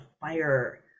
fire